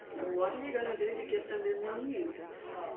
what are you going to do to get them in the news?